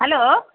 hello